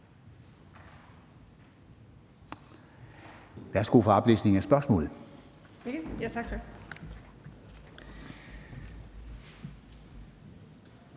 Værsgo for oplæsning af spørgsmålet.